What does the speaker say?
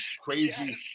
crazy